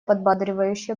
подбадривающе